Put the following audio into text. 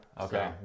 Okay